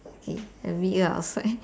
okay I meet you outside